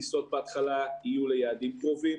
הטיסות בהתחלה יהיו ליעדים קרובים,